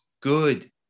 good